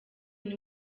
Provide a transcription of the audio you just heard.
niwe